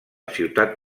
ciutat